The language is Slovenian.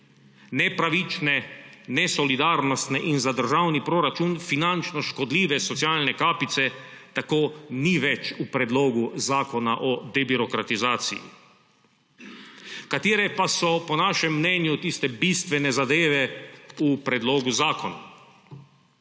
Nepravične, nesolidarnostne in za državni proračun finančno škodljive socialne kapice tako ni več v Predlogu zakona o debirokratizaciji. Katere pa so po našem mnenju tiste bistvene zadeve v predlogu zakona?